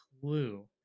clue